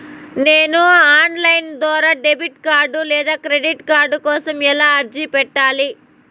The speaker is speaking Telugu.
నేను ఆన్ లైను ద్వారా డెబిట్ కార్డు లేదా క్రెడిట్ కార్డు కోసం ఎలా అర్జీ పెట్టాలి?